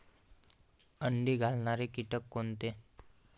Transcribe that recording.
अंडी घालणारे किटक कोणते?